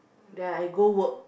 then I go work